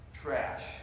trash